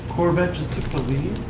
corvette just took the lead?